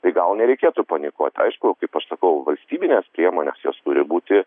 tai gal nereikėtų panikuot aišku kai aš sakau valstybinės priemonės jos turi būti